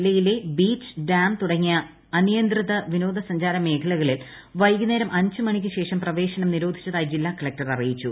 ജില്ലയിലെ beach dam തുടങ്ങിയ അനിയന്ത്രിത വിനോദ സഞ്ചാര മേഖലകളിൽ വൈകുന്നേരം അഞ്ച് മണിക്ക് ശേഷം പ്രവേശനം നിരോധിച്ചതായി ജില്ലാ കളക്ടർ അറിയിച്ചു